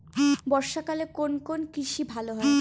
বর্ষা কালে কোন কোন কৃষি ভালো হয়?